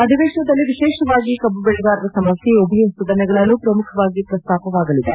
ಅಧಿವೇಶನದಲ್ಲಿ ವಿಶೇಷವಾಗಿ ಕಬ್ಬು ಬೆಳೆಗಾರರ ಸಮಸ್ಯೆ ಉಭಯ ಸದನಗಳಲ್ಲೂ ಪ್ರಮುಖವಾಗಿ ಪ್ರಸ್ತಾಪವಾಗಲಿದೆ